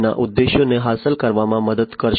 0 ના ઉદ્દેશ્યોને હાંસલ કરવામાં મદદ કરશે